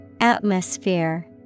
Atmosphere